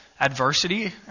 Adversity